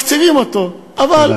מתקצבים אותו, תודה.